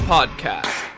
Podcast